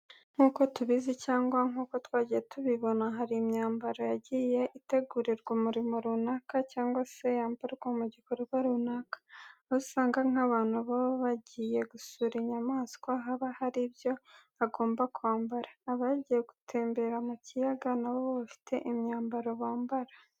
Nk'uko tubizi cyangwa nk'uko twagiye tubibona hari imyambaro yagiye itegurirwa umurimo runaka cyangwa se yambarwa mu gikorwa runaka. Aho usanga nk'abantu baba bagiye gusura inyamaswa, haba hari ibyo agomba kwambara. Abagiye gutembera mu kiyaga na bo bafite imyambaro bambara.